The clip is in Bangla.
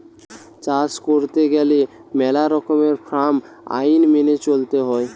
চাষ কইরতে গেলে মেলা রকমের ফার্ম আইন মেনে চলতে হৈ